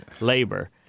labor